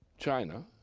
china,